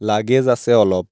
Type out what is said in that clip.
luggage আছে অলপ